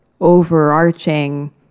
overarching